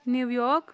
New York